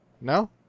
No